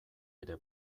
ere